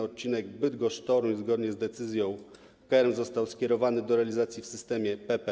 Odcinek Bydgoszcz - Toruń zgodnie z decyzją KERM został skierowany do realizacji w systemie PPP.